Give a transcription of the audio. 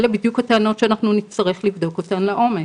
אלה בדיוק הטענות שנצטרך לבדוק לעומק,